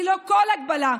ללא כל הגבלה,